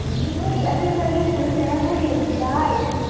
nearly everybody in her family has died.